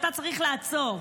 אותה צריך לעצור.